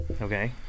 Okay